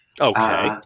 Okay